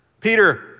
Peter